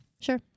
Sure